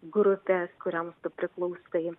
grupės kurioms tu priklausai